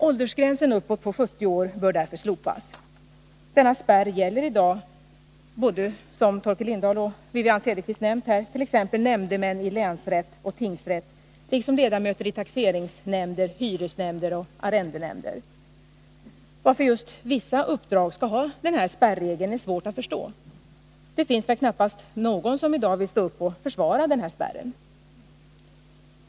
Åldersgränsen uppåt på 70 år bör därför slopas. Denna spärr gäller i dag, som både Torkel Lindahl och Wivi-Anne Cederqvist nämnt, för t.ex. nämndemän i länsrätt och tingsrätt liksom för ledamöter i taxeringsnämnder, hyresnämnder och arrendenämnder. Varför man just för vissa uppdrag skall ha denna spärregel är svårt att förstå. Det finns väl knappast någon som i dag vill stå upp och försvara den.